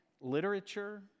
literature